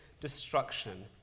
destruction